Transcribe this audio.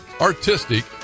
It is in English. artistic